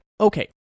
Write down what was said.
Okay